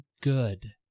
good